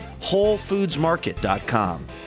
WholeFoodsMarket.com